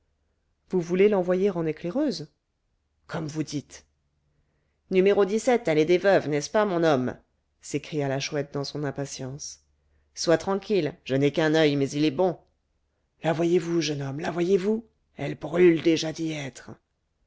vous voulez l'envoyer en éclaireuse comme vous dites n allée des veuves n'est-ce pas mon homme s'écria la chouette dans son impatience sois tranquille je n'ai qu'un oeil mais il est bon la voyez-vous jeune homme la voyez-vous elle brûle déjà d'y être